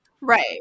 right